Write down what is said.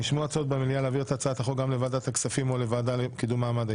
נשמעו עצות במליאה להעביר את הצעת החוק לוועדת הפנים והגנת הסביבה.